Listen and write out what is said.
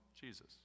Jesus